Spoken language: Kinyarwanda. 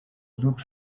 luke